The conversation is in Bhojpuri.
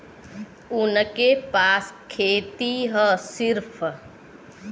उनके पास खेती हैं सिर्फ